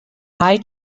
eye